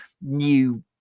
new